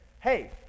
hey